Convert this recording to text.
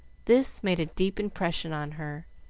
this made a deep impression on her,